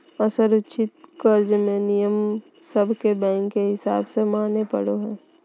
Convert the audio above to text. असुरक्षित कर्ज मे नियम सब के बैंक के हिसाब से माने पड़ो हय